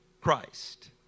Christ